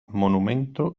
monumento